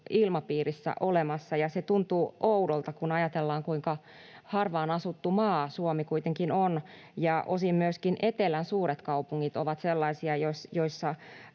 ilmapiirissä olemassa, ja se tuntuu oudolta, kun ajatellaan, kuinka harvaan asuttu maa Suomi kuitenkin on. Ja osin myöskin etelän suuret kaupungit ovat sellaisia, joissa